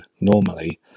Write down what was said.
normally